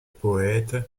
poète